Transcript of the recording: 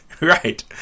Right